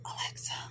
Alexa